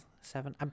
Seven